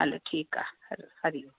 हलो ठीकु आहे हलो हरि ओम